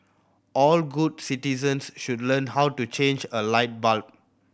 all good citizens should learn how to change a light bulb